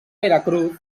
veracruz